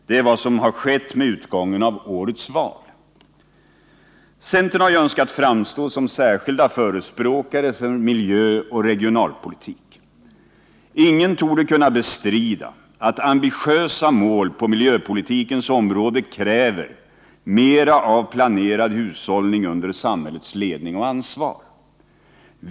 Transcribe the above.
Det är vad som har skett med utgången av årets val. Centerpartisterna har ju önskat framstå som särskilda förespråkare för miljöoch regionalpolitik. Ingen torde kunna bestrida att ambitiösa mål på miljöpolitikens område kräver mera av planerad hushållning under samhällets ledning och ansvar.